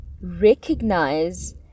recognize